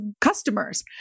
customers